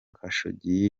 khashoggi